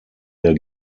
der